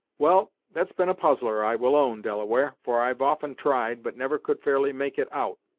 well, that's been a puzzler, i will own, delaware, for i've often tried, but never could fairly make it out.